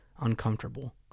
uncomfortable